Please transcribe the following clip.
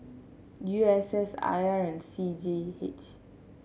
U S S I R and C G E H